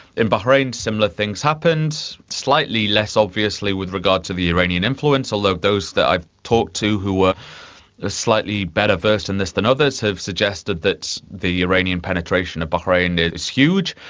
in bahrain similar things happened, slightly less obviously with regard to the iranian influence, although those that i've talked to who were ah slightly better versed in this than others have suggested that the iranian penetration of bahrain is huge,